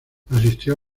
asistió